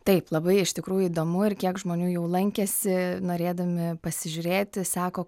taip labai iš tikrųjų įdomu ir kiek žmonių jau lankėsi norėdami pasižiūrėti sako